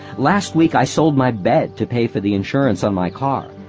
last week i sold my bed to pay for the insurance on my car,